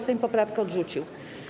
Sejm poprawkę odrzucił.